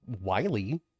Wiley